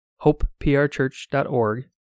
hopeprchurch.org